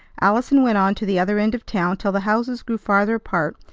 allison went on to the other end of town till the houses grew farther apart,